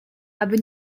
aby